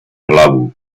hlavu